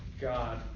God